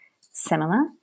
similar